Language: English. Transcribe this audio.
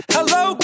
Hello